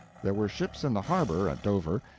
there were ships in the harbor, at dover,